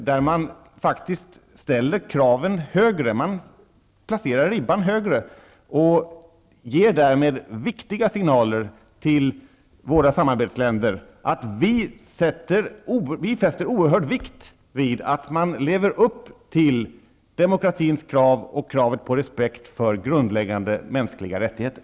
Regeringen ställer faktiskt högre krav -- ribban placeras högre -- och ger därmed viktiga signaler till Sveriges samarbetsländer, dvs. att Sverige fäster oerhörd vikt vid att dessa länder lever upp till demokratins krav och kraven på respekt för grundläggande mänskliga rättigheter.